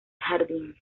jardín